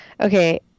Okay